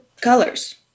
colors